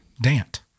Dant